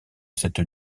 cette